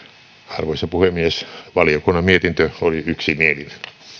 arvoisa puhemies valiokunnan mietintö oli yksimielinen